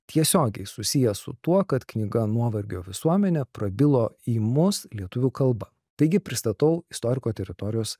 tiesiogiai susiję su tuo kad knyga nuovargio visuomenė prabilo į mus lietuvių kalba taigi pristatau istoriko teritorijos